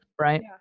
Right